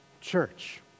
church